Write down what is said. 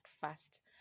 first